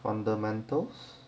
fundamentals